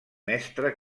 mestre